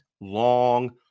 long